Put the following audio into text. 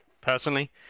personally